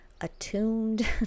attuned